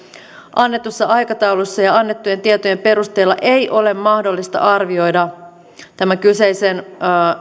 annetussa aikataulussa ja annettujen tietojen perusteella ei ole mahdollista arvioida tämän kyseisen